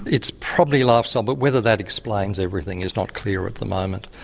it's probably lifestyle but whether that explains everything is not clear at the moment.